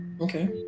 okay